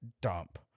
dump